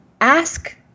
ask